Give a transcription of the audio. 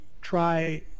try